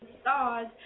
stars